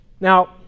Now